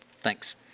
Thanks